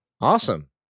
Awesome